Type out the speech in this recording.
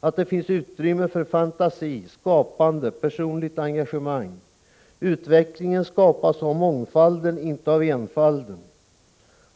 att det finns utrymme för fantasi, skapande, personligt engagemang. Utvecklingen skapas av mångfalden, inte av enfalden.